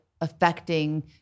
affecting